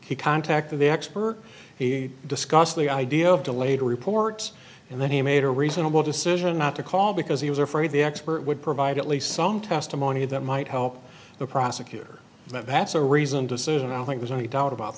decision he contacted the expert he discussed the idea of delayed reports and then he made a reasonable decision not to call because he was afraid the expert would provide at least some testimony that might help the prosecutor that's a reasoned decision i don't think there's any doubt about